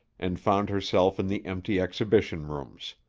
and found herself in the empty exhibition rooms.